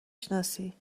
شناسی